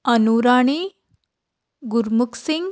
Anu Rani Gurmukh Singh